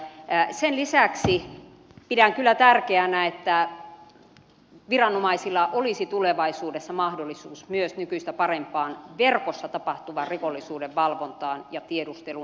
sen lisäksi pidän kyllä tärkeänä että viranomaisilla olisi tulevaisuudessa mahdollisuus myös nykyistä parempaan verkossa tapahtuvan rikollisuuden valvontaan ja tiedusteluun